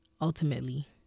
ultimately